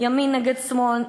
ימין נגד שמאל,